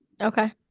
Okay